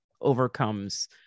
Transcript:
overcomes